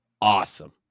awesome